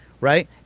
Right